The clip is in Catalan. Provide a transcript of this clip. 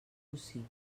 bocí